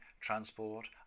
transport